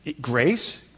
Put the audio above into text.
grace